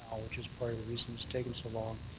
um which is part of the reason it's taken so long,